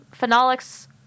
phenolics